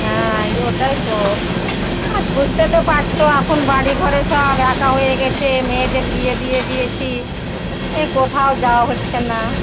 হ্যাঁ এই ওটাই তো আর বুঝতে তো পারছো এখন বাড়ি ঘরে সব একা হয়ে গেছে মেয়েদের বিয়ে দিয়ে দিয়েছি এ কোথাও যাওয়া হচ্ছে না